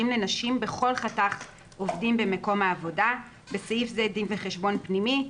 לנשים בכל חתך עובדים במקום העבודה (בסעיף זה דין וחשבון פנימי).